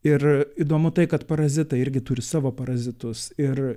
ir įdomu tai kad parazitai irgi turi savo parazitus ir